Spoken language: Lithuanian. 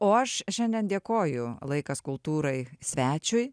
o aš šiandien dėkoju laikas kultūrai svečiui